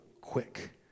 quick